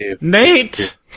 Nate